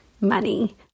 money